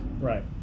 Right